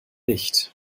nicht